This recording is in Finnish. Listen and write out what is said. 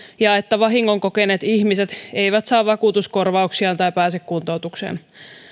ja että vahingon kokeneet ihmiset eivät saa vakuutuskorvauksiaan tai pääse kuntoutukseen